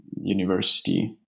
university